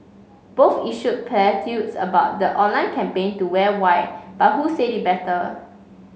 both issued platitudes about the online campaign to wear white but who said it better